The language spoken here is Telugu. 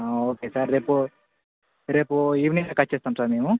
ఓకే సార్ రేపు రేపు ఈవినింగ్ దాకా వచ్చేస్తాం సార్ మేము